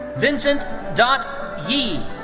vincent dott yee.